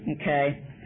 okay